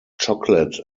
chocolate